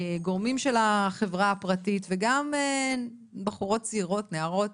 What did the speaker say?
גורמים של החברה הפרטית וגם בחורות צעירות - נערות